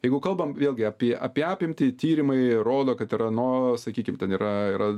jeigu kalbam vėlgi apie apie apimtį tyrimai rodo kad yra nu sakykim ten yra yra